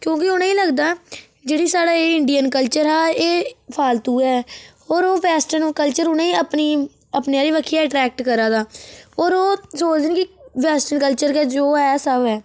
क्योंकि उनेंगी लगदा जेह्ड़ी स्हाड़ी इंडियन कल्चर हा एह् फालतू ऐ और ओह् वेस्टर्न कल्चर उ'नेंगी अपनी अपनी आह्ली बक्खी एट्रेक्ट करा दा और ओह् सोचदे न कि वेस्टर्न कल्चर जो ऐ सब ऐ